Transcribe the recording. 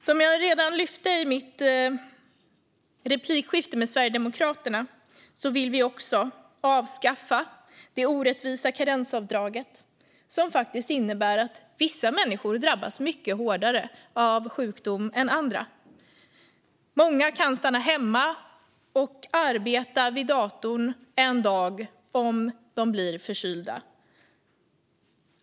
Som jag redan lyfte fram i mitt replikskifte med Sverigedemokraterna vill vi också avskaffa det orättvisa karensavdraget. Det innebär att vissa människor drabbas mycket hårdare av sjukdom andra. Många kan stanna hemma och arbeta vid datorn en dag om de blir förkylda.